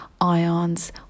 ions